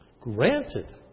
Granted